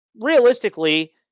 realistically